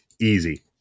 easy